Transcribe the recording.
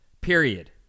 period